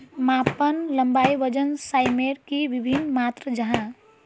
मापन लंबाई वजन सयमेर की वि भिन्न मात्र जाहा?